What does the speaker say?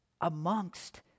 amongst